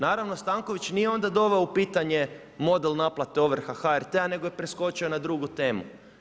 Naravno Stanković nije onda doveo u pitanje model naplate ovrha HRT-a nego je preskočio na drugu temu.